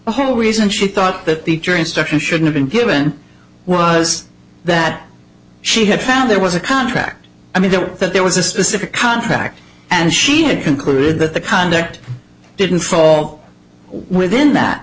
reason she thought that the jury instruction should have been given was that she had found there was a contract i mean that there was specific a a contract and she had concluded that the conduct didn't fall within that